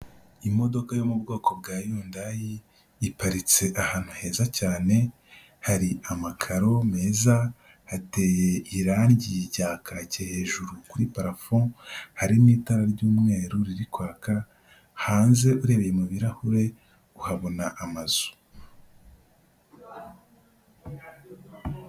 Imodoka yo mu bwoko bwa Yundayi, iparitse ahantu heza cyane, hari amakaro meza, hateye irangi rya kake hejuru kuri parafo, hari n'itara ry'umweru riri kwaka, hanze urebye mu birarahure uhabona amazu.